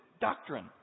Doctrine